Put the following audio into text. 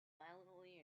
violently